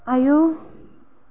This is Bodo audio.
आयौ